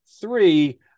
Three